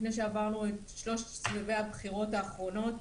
לפני שעברנו את שלושת סבבי הבחירות האחרונות,